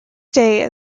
day